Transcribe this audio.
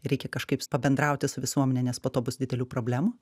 reikia kažkaip pabendrauti su visuomene nes po to bus didelių problemų